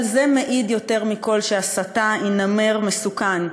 אבל זה מעיד יותר מכול שהסתה היא נמר מסוכן,